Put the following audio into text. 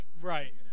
Right